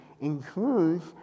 includes